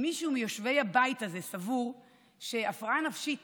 אם מישהו מיושבי הבית הזה סבור שהפרעה נפשית